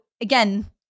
Again